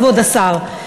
כבוד השר,